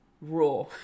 raw